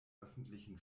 öffentlichen